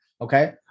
Okay